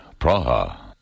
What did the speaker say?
Praha